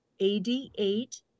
AD8